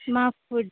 మా ఫుడ్